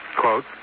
quote